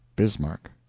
bismarck.